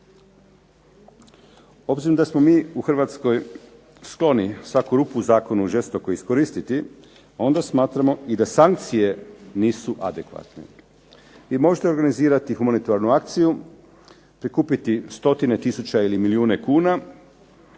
Obzirom da smo mi u Hrvatskoj skloni svaku rupu u zakonu žestoko iskoristiti onda smatramo i da sankcije nisu adekvatne. Vi možete organizirati humanitarnu akciju, prikupiti stotine tisuća ili milijune kuna,